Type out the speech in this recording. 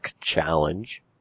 Challenge